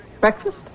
Breakfast